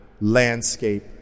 landscape